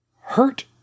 hurt